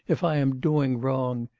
if i am doing wrong!